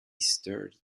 stirred